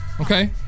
Okay